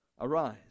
arise